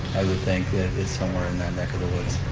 i would think that it's somewhere in that neck of the woods.